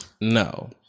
No